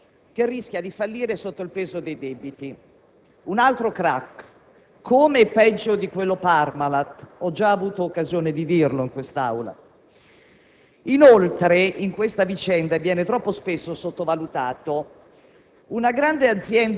Telecom, signor Presidente, è l'ennesima grande industria italiana che rischia di fallire sotto il peso dei debiti. Un altro crac, come e peggio di quello Parmalat; ho già avuto occasione di dirlo in quest'Aula.